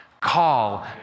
Call